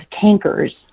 tankers